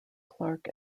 clark